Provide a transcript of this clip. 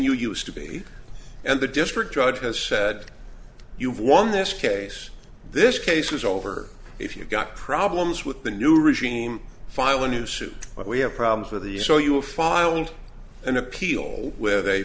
you used to be and the district judge has said you've won this case this case is over if you've got problems with the new regime file a new suit but we have problems with the so you are filed an appeal with a